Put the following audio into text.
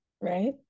right